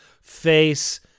face